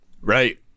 Right